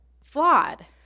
flawed